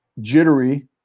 jittery